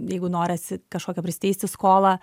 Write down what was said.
jeigu norisi kažkokią prisiteisti skolą